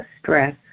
stress